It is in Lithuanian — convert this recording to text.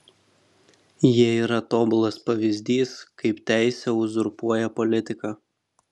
jie yra tobulas pavyzdys kaip teisė uzurpuoja politiką